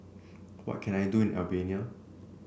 what can I do in Albania